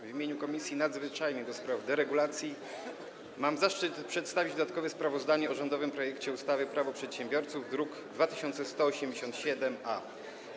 W imieniu Komisji Nadzwyczajnej do spraw deregulacji mam zaszczyt przedstawić dodatkowe sprawozdanie o rządowym projekcie ustawy Prawo przedsiębiorców, druk nr 2187-A.